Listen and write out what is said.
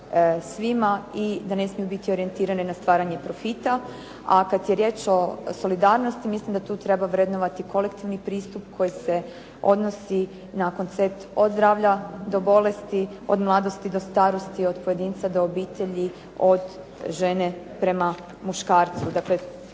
svima i da ne smiju biti orijentirane ne stvaranje profita, a kad je riječ o solidarnosti mislim da tu treba vrednovati kolektivni pristup koji se odnosi na koncept od zdravlja do bolesti, od mladosti do starosti, od pojedinca do obitelji, od žene prema muškarcu.